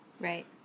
Right